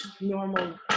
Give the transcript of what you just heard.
normal